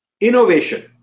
innovation